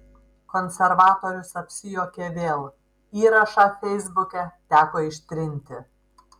konservatorius apsijuokė vėl įrašą feisbuke teko ištrinti